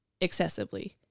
excessively